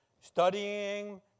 studying